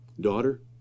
daughter